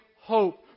hope